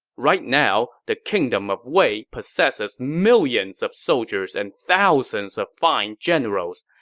right now, the kingdom of wei possesses millions of soldiers and thousands of fine generals.